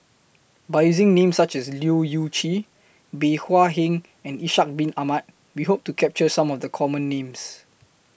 By using Names such as Leu Yew Chye Bey Hua Heng and Ishak Bin Ahmad We Hope to capture Some of The Common Names